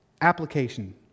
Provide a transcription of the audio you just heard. Application